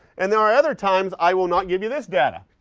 and there are other times i will not give you this data.